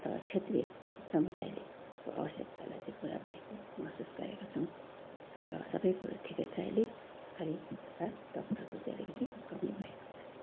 अथवा क्षेत्रीय समुदायले को अवश्यक्तालाई चाहिँ पुरा भएको महसुस गरेका छौँ र सबै कुरा ठिकै छ अहिले खाली एउटा डाक्टरको चाहिँ अलिकति कमी भएको छ